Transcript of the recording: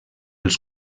els